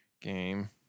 game